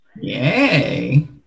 Yay